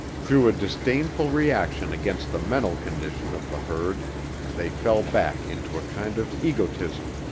through a disdainful reaction against the mental condition of the herd they fell back into a kind of egotism,